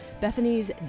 Bethany's